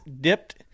dipped